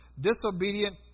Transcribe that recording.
disobedient